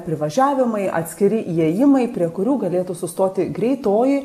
privažiavimai atskiri įėjimai prie kurių galėtų sustoti greitoji